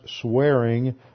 swearing